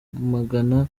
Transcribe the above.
ntawamenya